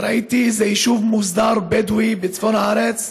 וראיתי איזה יישוב בדואי מוסדר בצפון הארץ,